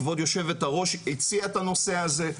כבוד היושבת-ראש הציעה את הנושא הזה,